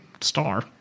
star